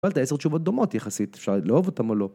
קיבלת 10 תשובות דומות יחסית, ‫אפשר לאהוב אותן או לא.